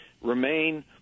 remain